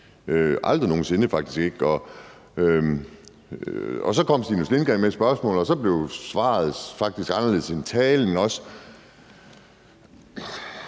aldrig nogensinde. Så kom Stinus Lindgreen med et spørgsmål, og så blev svaret faktisk anderledes end talen også.